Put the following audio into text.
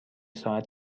ساعت